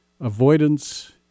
Avoidance